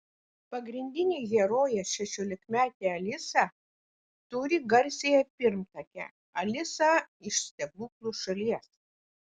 pagrindinė herojė šešiolikmetė alisa turi garsiąją pirmtakę alisą iš stebuklų šalies